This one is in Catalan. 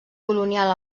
colonial